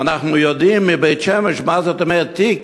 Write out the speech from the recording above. ואנחנו יודעים מבית-שמש מה זאת אומרת תיק,